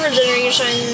generation